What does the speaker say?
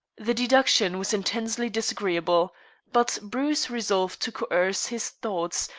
the deduction was intensely disagreeable but bruce resolved to coerce his thoughts,